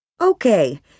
Okay